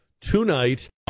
tonight